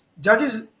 judges